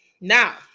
Now